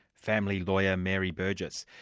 family lawyer, mary burgess.